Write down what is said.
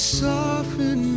soften